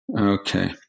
Okay